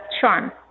charm